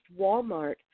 Walmart